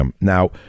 Now